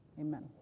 amen